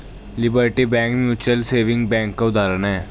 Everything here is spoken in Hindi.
liberty Bank Mutual Saving Bank का उदाहरण है